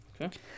Okay